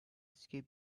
skip